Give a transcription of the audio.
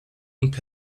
und